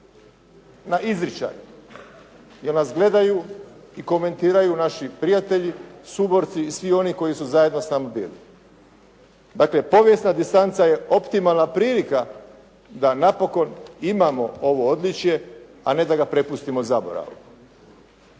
na izričaj, jer nas gledaju i komentiraju naši prijatelji, suborci i svi oni koji su zajedno s nama bili. Dakle, povijesna distanca je optimalna prilika da napokon imamo ovo odličje, a ne da ga prepustimo zaboravu.